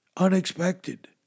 unexpected